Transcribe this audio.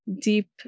deep